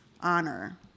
honor